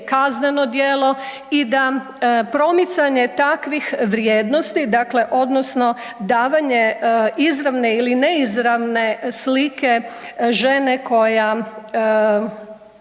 kazneno djelo i da promicanje takvih vrijednosti, dakle odnosno davanje izravne ili ne izravne slike žene koja